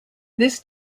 this